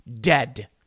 dead